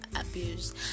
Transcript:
abuse